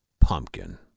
pumpkin